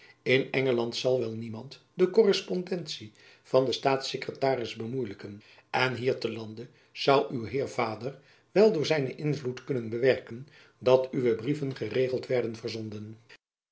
in engeland zal wel niemand de korrespondentie van den staats sekretaris bemoeielijken en hier te lande zoû uw heer vader wel door zijnen invloed kunnen bewerken dat uwe brieven geregeld werden verzonden